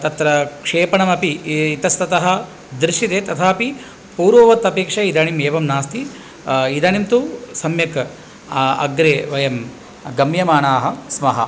तत्र क्षेपणमपि इ इतस्ततः दृश्यते तथापि पूर्ववत् अपेक्षया इदानीम् एवं नास्ति इदानीं तु सम्यक् अग्रे वयं गम्यमानाः स्मः